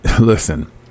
listen